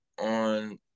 on